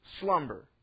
Slumber